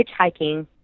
hitchhiking